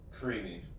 Creamy